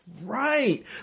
right